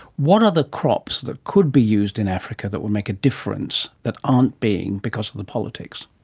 what are the crops that could be used in africa that would make a difference that aren't being because of the politics?